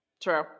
True